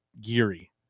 Geary